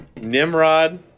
Nimrod